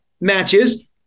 matches